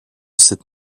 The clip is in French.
cette